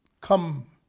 come